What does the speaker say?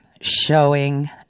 showing